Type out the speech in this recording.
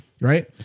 right